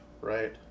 right